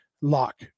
LOCK